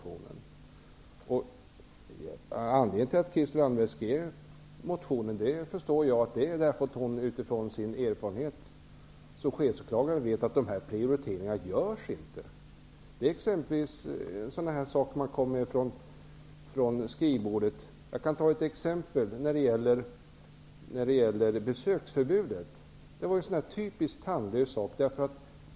Men jag förstår att anledningen till att Christel Anderberg skrev motionen är att hon utifrån sin erfarenhet som chefsåklagare vet att dessa prioriteringar inte görs. Jag kan ta ett exempel när det gäller besöksförbudet. Det var en typisk tandlös fråga.